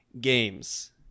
games